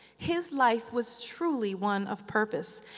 his life was truly one of purpose.